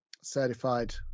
certified